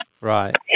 Right